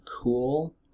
cool